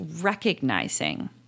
recognizing